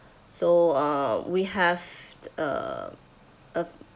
so uh we have a a